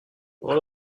one